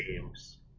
games